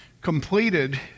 completed